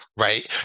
right